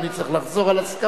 אדוני צריך לחזור על הסכמתו.